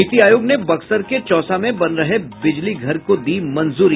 नीति आयोग ने बक्सर के चौसा में बन रहे बिजलीघर को दी मंजूरी